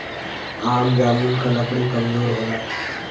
आम जामुन क लकड़ी कमजोर होला